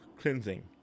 cleansing